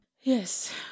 Yes